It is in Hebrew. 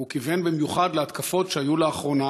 הוא כיוון במיוחד להתקפות שהיו לאחרונה,